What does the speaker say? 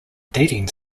dating